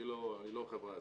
אני לא חברה אזרחית,